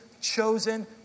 chosen